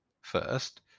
First